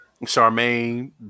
Charmaine